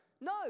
No